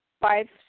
five